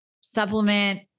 supplement